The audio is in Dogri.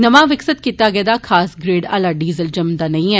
नमां विकसित कीता गेदा खास ग्रेड आहला डीजल जमदा नेईं ऐ